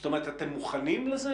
זאת אומרת, אתם מוכנים לזה?